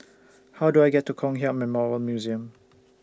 How Do I get to Kong Hiap Memorial Museum